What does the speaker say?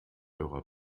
eurer